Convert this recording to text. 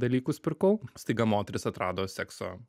dalykus pirkau staiga moteris atrado sekso